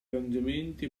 arrangiamenti